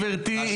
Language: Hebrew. גברתי,